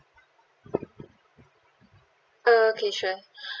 okay sure